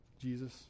Jesus